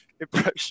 impression